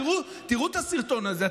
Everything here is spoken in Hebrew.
תראו את הסרטון הזה.